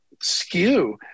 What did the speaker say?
skew